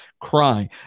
cry